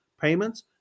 payments